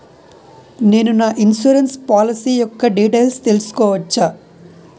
నేను నా insurance policy యెక్క డీటైల్స్ తెల్సుకోవచ్చా?